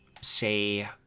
say